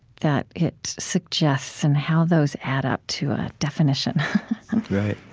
that it suggests, and how those add up to a definition right.